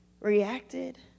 reacted